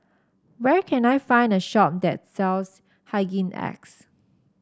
where can I find a shop that sells Hygin X